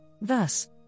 thus